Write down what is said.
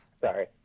Sorry